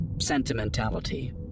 ...sentimentality